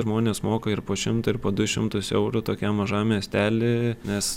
žmonės moka ir po šimtą ir po du šimtus eurų tokiam mažam miestely nes